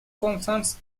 concerns